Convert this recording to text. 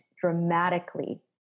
dramatically